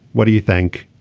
what do you think.